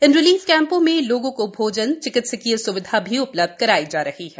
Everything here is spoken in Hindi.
इन रिलीफ कैम्पों में लोगों को भोजन चिकित्सीय स्विधा भी उपलब्ध कराई जा रही है